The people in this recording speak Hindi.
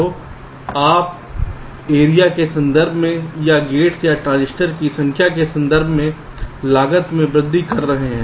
तो आप एरिया के संदर्भ में या गेट्स या ट्रांजिस्टर की संख्या के संदर्भ में लागत में वृद्धि कर रहे हैं